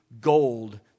Gold